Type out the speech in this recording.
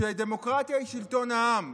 שדמוקרטיה היא שלטון העם.